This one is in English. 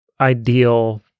ideal